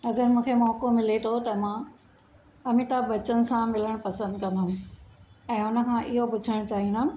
अगरि मूंखे मौको मिले थो त मां अमिताभ बच्चन सां मिलणु पसंदि कंदमि ऐं हुनखां इहे पुछणु चाहींदमि